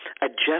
adjust